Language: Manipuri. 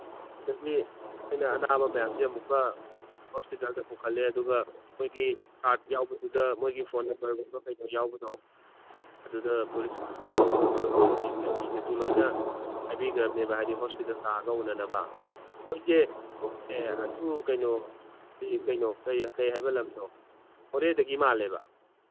ꯑꯗꯒꯤ ꯑꯩꯈꯣꯏꯅ ꯑꯅꯥꯕ ꯃꯌꯥꯝꯁꯦ ꯑꯃꯨꯛꯀ ꯍꯣꯁꯄꯤꯇꯥꯜꯗ ꯄꯨꯈꯠꯂꯦ ꯑꯗꯨꯒ ꯑꯩꯈꯣꯏꯒꯤ ꯀꯥꯔꯠ ꯌꯥꯎꯕꯗꯨꯗ ꯃꯣꯏꯒꯤ ꯐꯣꯟ ꯅꯝꯕꯔꯒꯨꯝꯕ ꯀꯩꯅꯣ ꯌꯥꯎꯕꯗꯣ ꯑꯗꯨꯗ ꯄꯨꯂꯤꯁꯅ ꯇꯧꯔꯒ ꯐꯣꯟ ꯇꯧꯔꯒ ꯃꯣꯏꯒꯤ ꯐꯦꯃꯤꯂꯤꯗꯁꯨ ꯂꯣꯏꯅ ꯍꯥꯏꯕꯤꯈ꯭ꯔꯕꯅꯦꯕ ꯍꯥꯏꯗꯤ ꯍꯣꯁꯄꯤꯇꯥꯜ ꯂꯥꯛꯑꯒ ꯎꯅꯅꯕ ꯃꯣꯏꯁꯦ ꯑꯦ ꯑꯗꯨ ꯀꯩꯅꯣ ꯀꯩꯅꯣ ꯀꯩ ꯀꯩ ꯍꯥꯏꯕ ꯂꯝꯗꯣ ꯃꯣꯔꯦꯗꯒꯤ ꯃꯥꯜꯂꯦꯕ